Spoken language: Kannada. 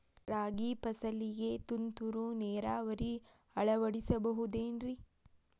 ರಾಗಿ ಫಸಲಿಗೆ ತುಂತುರು ನೇರಾವರಿ ಅಳವಡಿಸಬಹುದೇನ್ರಿ?